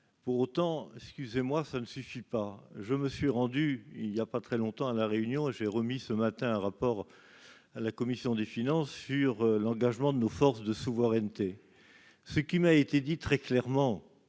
pour autant, excusez moi, ça ne suffit pas, je me suis rendu il y a pas très longtemps à la Réunion, j'ai remis ce matin un rapport à la commission des finances sur l'engagement de nos forces de souveraineté, ce qui m'a été dit très clairement,